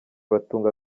batunga